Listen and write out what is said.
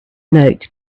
note